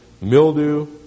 mildew